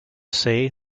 say